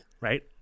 right